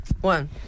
One